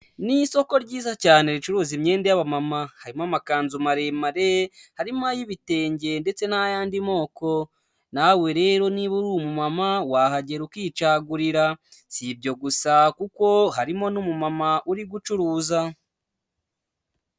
Ni isoko ryiza cyane ricuruza imyenda y'abamama, harimo amakanzu maremare, harimo ay'ibitenge ndetse n'ayandidi moko, nawe rero niba uri umumama wahagera ukicagurira, ibyo gusa kuko harimo n'umumama uri gucuruza.